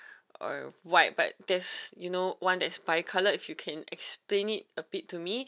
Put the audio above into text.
or white white that's you know one is bi coloured if you can explain it a bit to me